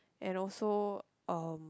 and also um